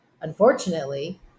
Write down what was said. Unfortunately